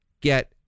get